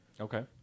okay